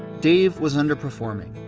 dave was underperforming,